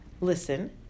listen